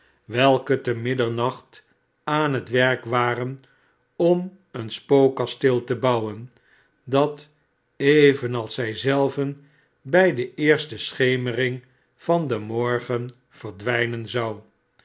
welke te middernacht aan het werk waren om een spookkasteel te bouwen dat evenals zij zelven bij de eerste schemering van den morgen verdwijnen zou